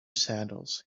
sandals